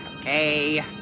Okay